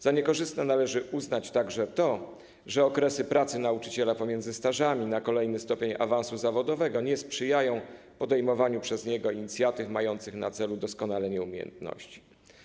Za niekorzystne należy uznać także to, że okresy pracy nauczyciela pomiędzy stażami odbywanymi w celu zdobycia kolejnego stopnia awansu zawodowego nie sprzyjają podejmowaniu przez niego inicjatyw mających na celu doskonalenie umiejętności.